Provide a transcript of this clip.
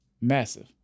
massive